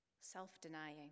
self-denying